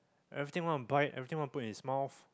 everything want to bite everything want to put into his mouth